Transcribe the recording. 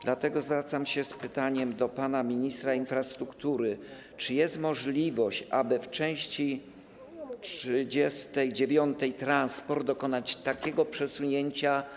Dlatego zwracam się z pytaniem do pana ministra infrastruktury: Czy jest możliwość, aby w części 39: Transport dokonać takiego przesunięcia?